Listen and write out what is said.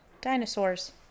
Dinosaurs